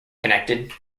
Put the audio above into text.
connected